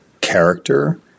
character